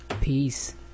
Peace